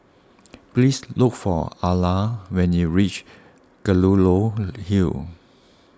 please look for Arla when you reach Kelulut Hill